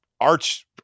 arch